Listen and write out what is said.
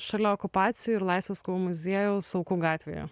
šalia okupacijų ir laisvės kovų muziejaus aukų gatvėje